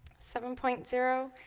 seven point zero.